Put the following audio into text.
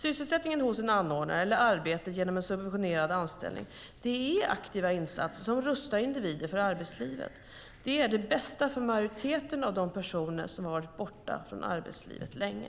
Sysselsättningen hos en anordnare eller arbete genom en subventionerad anställning är aktiva insatser som rustar individer för arbetslivet. Det är det bästa för majoriteten av de personer som har varit borta från arbetslivet länge.